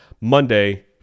Monday